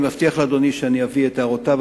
אני מבטיח לאדוני שאני אביא את הערותיו,